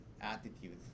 Attitudes